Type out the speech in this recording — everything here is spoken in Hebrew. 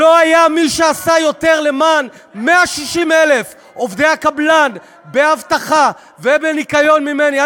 לא היה מי שעשה למען 160,000 עובדי הקבלן באבטחה ובניקיון יותר ממני.